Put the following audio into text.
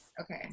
Okay